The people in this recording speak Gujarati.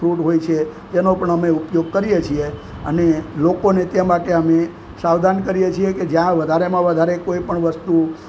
ફ્રૂટ હોય છે એનો પણ અમે ઉપયોગ કરીએ છીએ અને લોકો ને તે માટે અમે સાવધાન કરીએ છીએ કે જ્યાં વધારેમાં વધારે કોઈપણ વસ્તુ